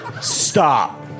Stop